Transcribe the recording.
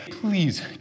please